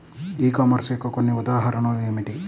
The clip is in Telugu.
ఈ కామర్స్ యొక్క కొన్ని ఉదాహరణలు ఏమిటి?